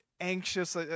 anxious